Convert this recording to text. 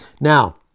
Now